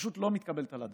פשוט לא מתקבלת על הדעת,